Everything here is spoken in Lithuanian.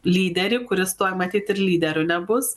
lyderį kuris tuoj matyt ir lyderiu nebus